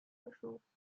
bischofssitz